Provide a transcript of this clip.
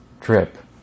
trip